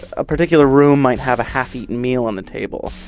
a particular room might have a happy meal on the table.